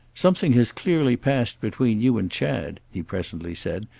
something has clearly passed between you and chad, he presently said,